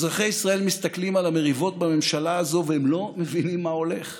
אזרחי ישראל מסתכלים על המריבות בממשלה הזאת והם לא מבינים מה הולך.